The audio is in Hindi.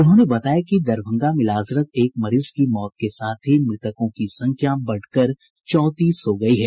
उन्होंने बताया कि दरभंगा में इलाजरत एक मरीज की मौत के साथ ही मृतकों की संख्या बढ़कर चौंतीस हो गयी है